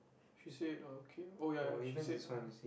she said oh okay oh ya ya she said